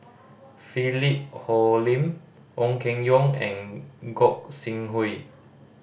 Philip Hoalim Ong Keng Yong and Gog Sing Hooi